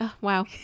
Wow